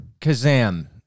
Kazam